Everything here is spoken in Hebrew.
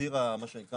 ציר מה שנקרא,